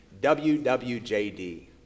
WWJD